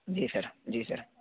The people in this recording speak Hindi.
जी सर जी सर